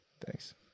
Thanks